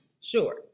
Sure